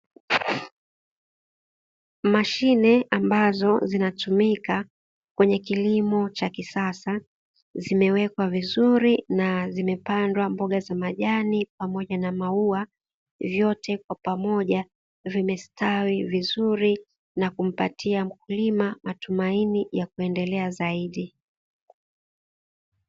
Mashine ambazo zinatumika katika kilimo cha kisasa, zimewekwa vizuri na zimepandwa mboga za majani, pamoja na mauwa vyote kwa pamoja vimestawi vizuri na kumpatia mkulima matumaini ya kuendelea vizuri.